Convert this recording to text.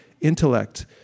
intellect